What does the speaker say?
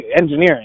engineering